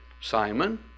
Simon